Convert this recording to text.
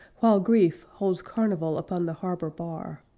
while grief holds carnival upon the harbor bar.